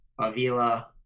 Avila